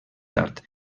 tard